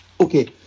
Okay